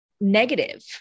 negative